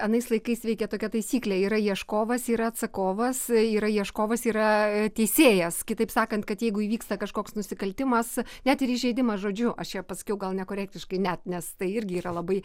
anais laikais veikė tokia taisyklė yra ieškovas yra atsakovas yra ieškovas yra teisėjas kitaip sakant kad jeigu įvyksta kažkoks nusikaltimas net ir įžeidimas žodžiu aš čia paskiau gal nekorektiškai net nes tai irgi yra labai